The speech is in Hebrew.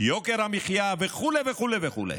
יוקר המחיה וכו' וכו'?